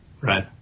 Right